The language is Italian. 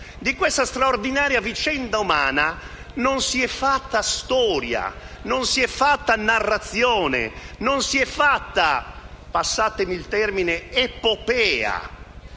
Di questa straordinaria vicenda umana non si è fatta storia, non si è fatta narrazione, non si è fatta - passatemi il termine - epopea.